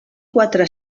quatre